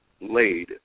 laid